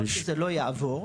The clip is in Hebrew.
ככול שזה לא יעבור,